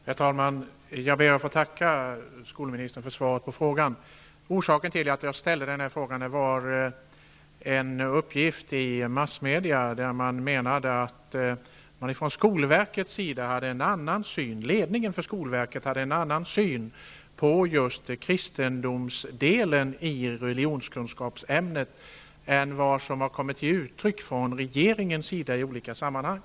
Herr talman! Jag ber att få tacka skolministern för svaret på frågan. Orsaken till att jag ställde frågan var en uppgift i massmedia om att ledningen för skolverket hade en annan syn på just kristendomsdelen i religionskunskapsämnet än vad som har kommit till uttryck från regeringens sida i olika sammanhang.